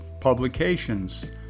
publications